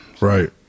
right